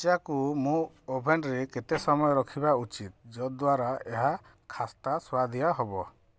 ପିଜାକୁ ମୁଁ ଓଭେନ୍ରେ କେତେ ସମୟ ରଖିବା ଉଚିତ ଯଦ୍ୱାରା ଏହା ଖାସ୍ତା ସୁଆଦିଆ ହବ